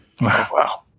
Wow